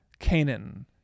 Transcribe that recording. Canaan